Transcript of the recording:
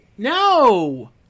No